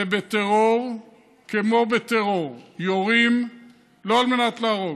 ובטרור כמו בטרור, יורים לא על מנת להרוג,